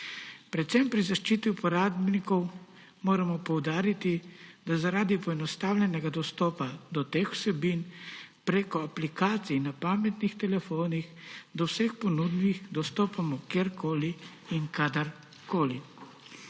Predvsem pri zaščiti uporabnikov moramo poudariti, da zaradi poenostavljenega dostopa do teh vsebin prek aplikacij na pametnih telefonih do vseh ponudb dostopamo kjerkoli in kadarkoli.